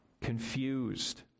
confused